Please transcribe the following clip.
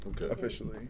officially